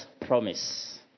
promise